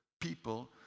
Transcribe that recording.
people